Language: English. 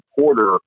quarter